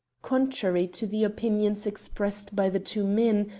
contrary to the opinions expressed by the two men,